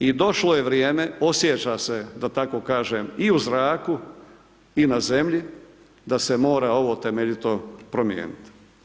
I došlo je vrijeme, osjeća se da tako kažem i u zraku i na zemlji da se mora ovo temeljito promijeniti.